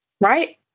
right